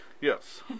Yes